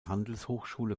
handelshochschule